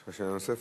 יש לך שאלה נוספת?